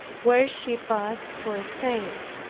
where she passed for a saint.